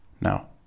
Now